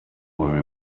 worry